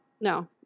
no